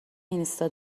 اینستا